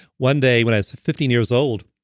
one day when i was fifteen years old,